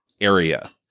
area